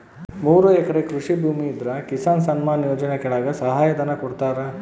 ಮೂರು ಎಕರೆ ಕೃಷಿ ಭೂಮಿ ಇದ್ರ ಕಿಸಾನ್ ಸನ್ಮಾನ್ ಯೋಜನೆ ಕೆಳಗ ಸಹಾಯ ಧನ ಕೊಡ್ತಾರ